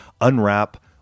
unwrap